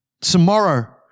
tomorrow